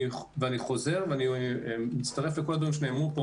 אני חוזר ומצטרף לכל הדברים שנאמרו פה